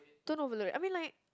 turn over rate I mean like